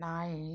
ನಾಯಿ